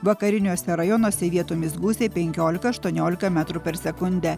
vakariniuose rajonuose vietomis gūsiai penkiolika aštuoniolika metrų per sekundę